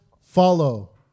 follow